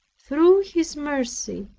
through his mercy,